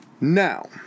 Now